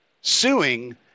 suing